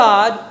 God